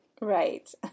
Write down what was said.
right